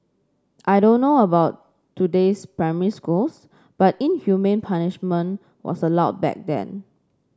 I don't know about today's primary schools but inhumane punishment was allowed back then